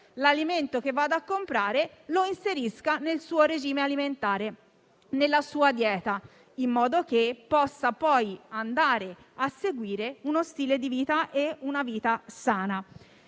l'alimento che va a comprare, lo inserisca nel suo regime alimentare, nella sua dieta, in modo da poter poi seguire uno stile di vita sano.